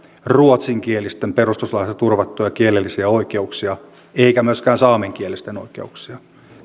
ruotsinkielisten perustuslaissa turvattuja kielellisiä oikeuksia eikä myöskään saamenkielisten oikeuksia